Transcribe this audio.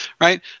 Right